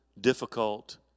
difficult